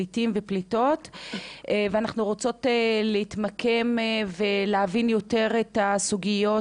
ואנחנו רוצות להתמקם ולהבין יותר את הסוגיות